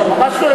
ממש לא יודע.